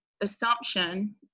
assumption